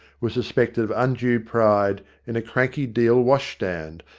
was suspected of undue pride in a cranky deal wash-stand,